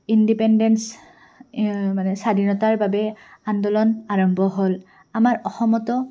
independence মানে স্বাধীনতাৰ বাবে আন্দোলন আৰম্ভ হ'ল আমাৰ অসমতো